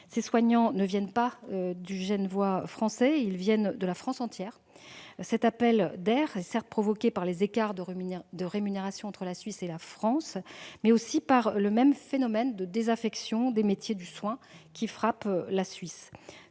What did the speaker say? Ces soignants ne viennent pas du Genevois français, mais de la France entière. Cet appel d'air est certes provoqué par les écarts de rémunération entre la Suisse et la France, mais aussi par le même phénomène de désaffection des métiers du soin, qui frappe aussi